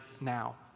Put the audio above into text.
now